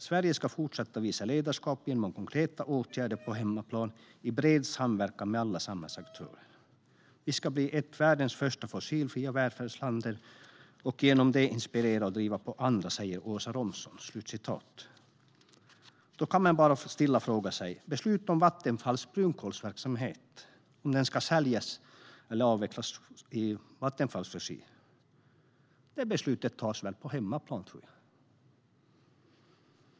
Sverige ska fortsätta visa ledarskap genom konkreta åtgärder på hemmaplan i bred samverkan med alla samhällsaktörer. Vi ska bli ett världens första fossilfria välfärdsländer och genom det inspirera och driva på andra, säger Åsa Romson." Då undrar jag bara stilla: Beslut om huruvida Vattenfalls brunkolsverksamhet ska säljas eller avvecklas i Vattenfalls regi tas väl på hemmaplan? Herr talman!